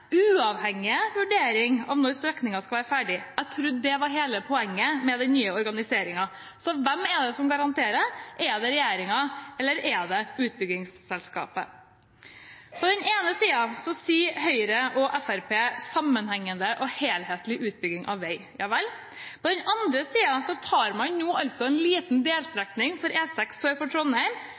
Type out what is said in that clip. uavhengige vurdering av når strekningen skal være ferdig. Jeg trodde det var hele poenget med den nye organiseringen. Hvem er det som garanterer? Er det regjeringen, eller er det utbyggingsselskapet? På den ene siden sier Høyre og Fremskrittspartiet sammenhengende og helhetlig utbygging av vei. På den andre siden tar man en liten delstrekning på E6 sør for Trondheim